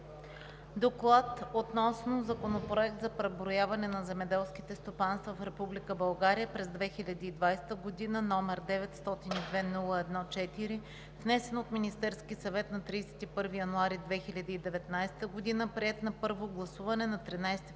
„Доклад относно Законопроект за преброяване на земеделските стопанства в Република България през 2020 г., № 902-01-4, внесен от Министерския съвет на 31 януари 2019 г., приет на първо гласуване на 13 февруари